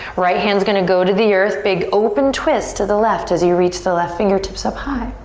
right hand's gonna go to the earth. big open twist to the left as you reach the left fingertips up high.